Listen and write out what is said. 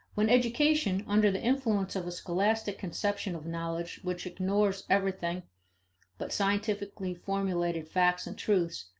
when education, under the influence of a scholastic conception of knowledge which ignores everything but scientifically formulated facts and truths,